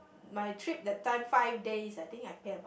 my trip that time five days I think I pay